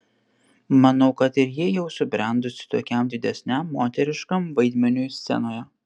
manau kad ir ji jau subrendusi tokiam didesniam moteriškam vaidmeniui scenoje